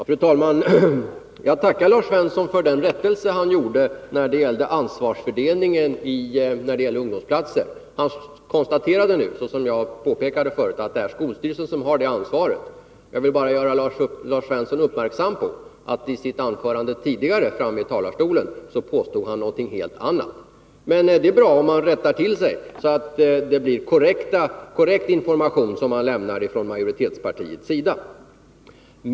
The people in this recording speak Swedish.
Fru talman! Jag tackar Lars Svensson för den rättelse han gjorde när det gällde ansvarsfördelningen beträffande ungdomsplatserna. Han konstaterade, som jag förut påpekade, att det är skolstyrelsen som har det ansvaret. Jag vill bara göra Lars Svensson uppmärksam på att han i sitt tidigare anförande från talarstolen påstod någonting helt annat. Det är bra att han rättar sig, så att det blir korrekt information man lämnar från majoritetspartiets sida.